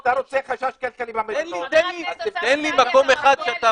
אתה רוצה חשש כלכלי במלונות אז תפתח --- תן לי מקום אחד שאתה